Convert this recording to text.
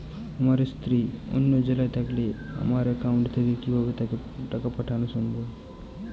আমার স্ত্রী অন্য জেলায় থাকলে আমার অ্যাকাউন্ট থেকে কি তাকে টাকা পাঠানো সম্ভব?